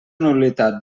nul·litat